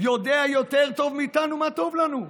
יודע יותר טוב מאיתנו מה טוב לנו.